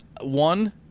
one